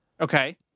Okay